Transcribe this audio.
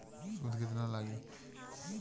सूद केतना लागी?